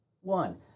One